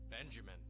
Benjamin